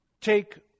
Take